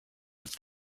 with